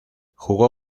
jugó